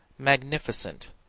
magnificent,